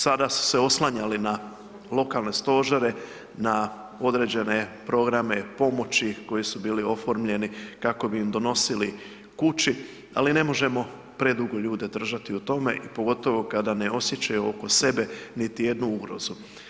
Sada su se oslanjali na lokalne stožere, na određene programe pomoći koji su bili oformljeni kako bi im donosili kući, ali ne možemo predugo ljude držati u tome i pogotovo kada ne osjećaju oko sebe niti jednu ugrozu.